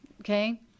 okay